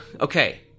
Okay